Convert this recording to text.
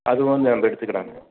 அதுவும் வந்து நம்ம எடுத்துக்கிறாங்க